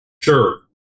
Sure